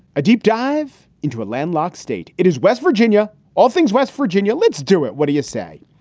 a deep dive into a landlocked state. it is west virginia, all things west virginia. let's do it. what do you say?